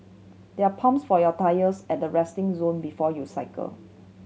there are pumps for your tyres at the resting zone before you cycle